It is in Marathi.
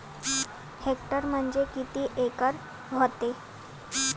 हेक्टर म्हणजे किती एकर व्हते?